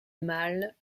mal